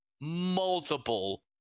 multiple